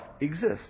exists